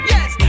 Yes